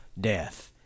death